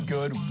Good